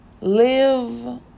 live